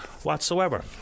whatsoever